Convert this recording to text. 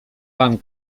pan